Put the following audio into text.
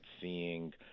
seeing